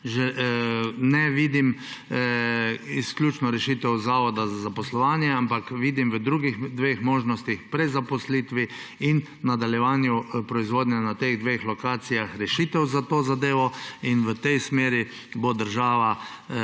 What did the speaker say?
Ne vidim izključno rešitev zavoda za zaposlovanje, ampak vidim v drugih dveh možnostih, prezaposlitvi in nadaljevanju proizvodnje na teh dveh lokacijah, rešitev za to zadevo. V tej smeri bo država